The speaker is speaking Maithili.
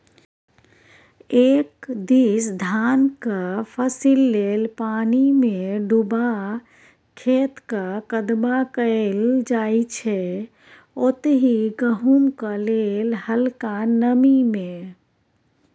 एक दिस धानक फसिल लेल पानिमे डुबा खेतक कदबा कएल जाइ छै ओतहि गहुँमक लेल हलका नमी मे